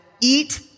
eat